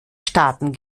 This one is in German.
staaten